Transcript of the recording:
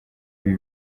ibi